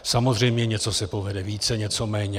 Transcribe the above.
Samozřejmě něco se povede více, něco méně.